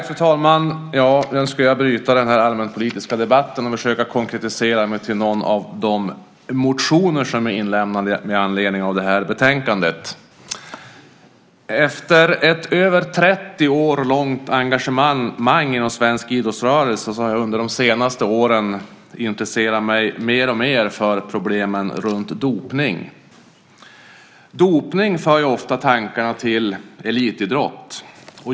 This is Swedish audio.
Fru talman! Jag ska bryta den här allmänpolitiska debatten och försöka koncentrera mig på några av de motioner som är inlämnade och behandlade i det här betänkandet. Efter ett över 30 år långt engagemang inom svensk idrottsrörelse har jag under de senaste åren mer och mer intresserat mig för problemen runt dopning. Dopning för ofta tankarna till elitidrott.